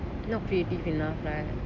not creative enough right